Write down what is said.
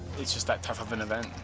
it's just that tough of an event.